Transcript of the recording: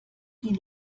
die